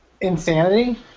Insanity